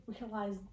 realize